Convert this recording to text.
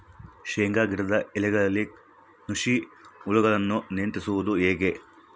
ಶೇಂಗಾ ಗಿಡದ ಎಲೆಗಳಲ್ಲಿ ನುಷಿ ಹುಳುಗಳನ್ನು ನಿಯಂತ್ರಿಸುವುದು ಹೇಗೆ?